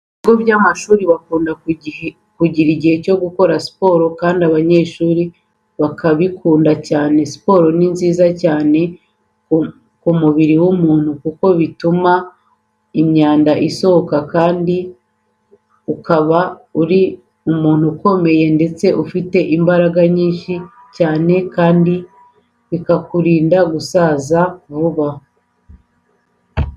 Mu bigo by'amashuri bakunda kugira igihe cyo gukora siporo kandi abanyeshuri bakabikunda cyane. Siporo ni nziza cyane ku mubiri w'umuntu kuko bituma imyanda isohoka kandi ukaba uri umuntu ukomeye ndetse ufite imbaraga nyinshi cyane kandi bikakurinda gusaza vuba.